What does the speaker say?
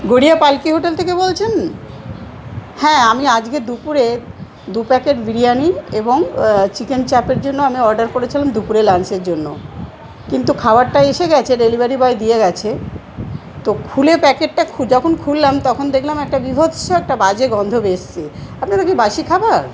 Garia Palki hotel থেকে বলছেন হ্যাঁ আমি আজকে দুপুরে দু প্যাকেট বিরিয়ানি এবং চিকেন চাপের জন্য আমি অর্ডার করেছিলাম দুপুরে লাঞ্চের জন্য কিন্তু খাওয়ারটা এসে গেছে ডেলিভারি বয় দিয়ে গেছে তো খুলে প্যাকেটটা খু যখন খুললাম তখন দেখলাম একটা বীভৎস একটা বাজে গন্ধ এসেছে আপনারা কি বাসি খাবার